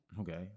Okay